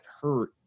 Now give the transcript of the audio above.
hurt